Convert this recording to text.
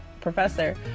professor